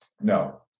No